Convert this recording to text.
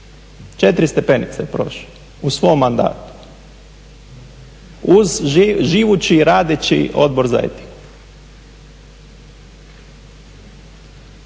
Četiri stepenice je prošao u svom mandatu. Uz živući, radeći Odbor za etiku.